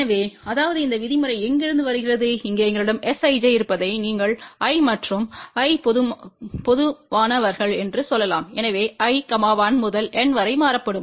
எனவே அதாவது இந்த விதிமுறை எங்கிருந்து வருகிறது இங்கே எங்களிடம் Sij இருப்பதை நீங்கள் i மற்றும் i பொதுவானவர்கள் என்று சொல்லலாம் எனவே i 1 முதல் N வரை மாறுபடும்